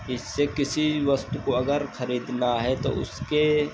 इससे किसी भी वस्तु को अगर खरीदना है तो उसके